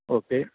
okay